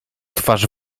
twarz